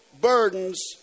burdens